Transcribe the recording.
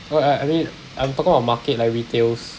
uh I I mean I'm talking about market like retails